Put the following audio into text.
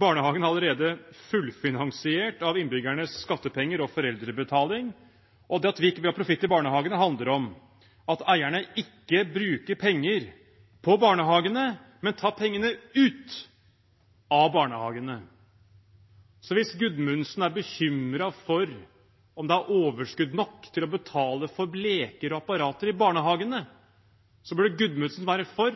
er allerede fullfinansiert av innbyggernes skattepenger og foreldrebetaling, og at vi ikke vil ha profitt i barnehagene, handler om at eierne ikke bruker penger på barnehagene, men tar pengene ut av barnehagene. Så hvis Gudmundsen er bekymret for om det er overskudd nok til å betale for leker og apparater i barnehagene, burde Gudmundsen være for